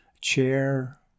chair